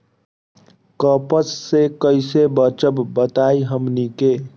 कपस से कईसे बचब बताई हमनी के?